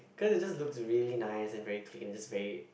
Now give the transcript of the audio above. cause it just looks really nice and very clean just very